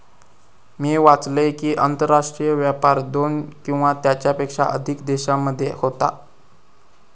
मी वाचलंय कि, आंतरराष्ट्रीय व्यापार दोन किंवा त्येच्यापेक्षा अधिक देशांमध्ये होता